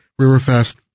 Riverfest